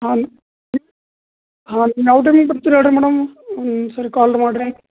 ಹಾಲ್ ಬರ್ತೀರ ಹೇಳಿ ರೀ ಮೇಡಮ್ ಒನ್ಸಲ ಕಾಲ್ ಮಾಡ್ರಿ